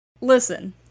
Listen